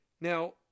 Now